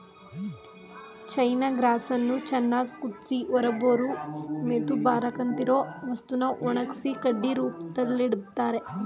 ಚೈನ ಗ್ರಾಸನ್ನು ಚೆನ್ನಾಗ್ ಕುದ್ಸಿ ಹೊರಬರೋ ಮೆತುಪಾಕದಂತಿರೊ ವಸ್ತುನ ಒಣಗ್ಸಿ ಕಡ್ಡಿ ರೂಪ್ದಲ್ಲಿಡ್ತರೆ